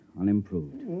unimproved